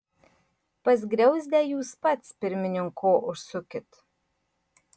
pas griauzdę jūs pats pirmininko užsukit